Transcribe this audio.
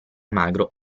magro